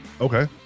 Okay